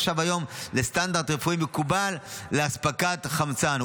הנחשב היום לסטנדרט רפואי מקובל לאספקת חמצן,